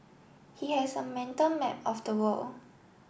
he has a mental map of the world